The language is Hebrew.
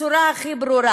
בצורה הכי ברורה.